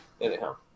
anyhow